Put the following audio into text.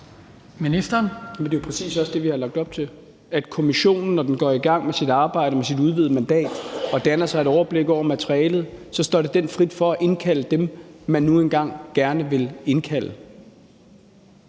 det er jo præcis også det, vi har lagt op til, altså at når kommissionen går i gang med sit arbejde og med sit udvidede mandat og danner sig et overblik over materialet, står det den frit for at indkalde dem, man nu engang gerne vil indkalde.